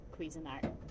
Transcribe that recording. Cuisinart